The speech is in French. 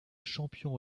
champion